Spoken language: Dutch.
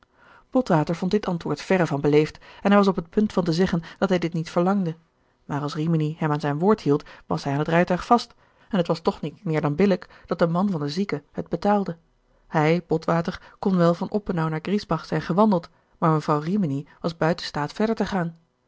botwater vond dit antwoord verre van beleefd en hij was op het punt van te zeggen dat hij dit niet verlangde maar als rimini hem aan zijn woord hield was hij aan het rijtuig vast en het was toch niet meer dan billijk dat de man van de zieke het betaalde hij botwater kon wel van oppenau naar griesbach zijn gewandeld maar mevrouw rimini was buiten staat verder te gaan